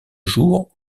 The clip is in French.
jour